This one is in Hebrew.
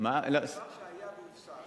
דבר שהיה והופסק,